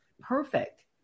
perfect